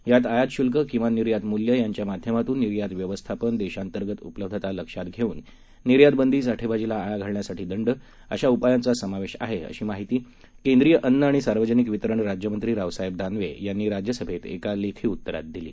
यात आयात शुल्क किमान निर्यात मूल्य यांच्या माध्यमातून निर्यात व्यवस्थापन देशांतर्गत उपलब्धता लक्षात घेऊन निर्यात बंदी साठेबाजीला आळा घालण्यासाठी दंड अशा उपायांचा समावेश आहे अशी माहिती केंद्रीय अन्न आणि सार्वजनिक वितरण राज्यमंत्री रावसाहेब दानवे राज्यसभेत एका लेखी उत्तरात दिली